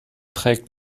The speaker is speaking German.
trägt